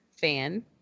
fan